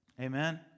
Amen